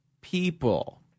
people